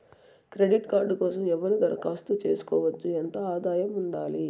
Credit card కోసం ఎవరు దరఖాస్తు చేసుకోవచ్చు? ఎంత ఆదాయం ఉండాలి?